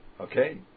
Okay